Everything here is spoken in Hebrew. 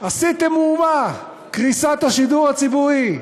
עשיתם מהומה: קריסת השידור הציבורי,